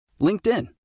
LinkedIn